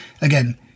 again